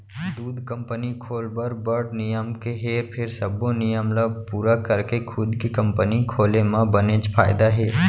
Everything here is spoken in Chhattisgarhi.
दूद कंपनी खोल बर बड़ नियम हे फेर सबो नियम ल पूरा करके खुद के कंपनी खोले म बनेच फायदा हे